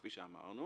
כפי שאמרנו